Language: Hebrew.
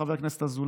חבר הכנסת אזולאי,